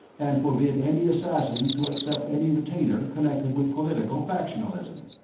and forbid any assassin to accept any retainer connected with political factionalism.